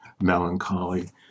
melancholy